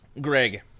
Greg